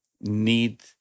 need